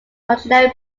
ordinary